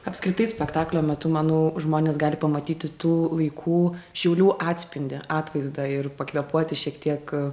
apskritai spektaklio metu manau žmonės gali pamatyti tų laikų šiaulių atspindį atvaizdą ir pakvėpuoti šiek tiek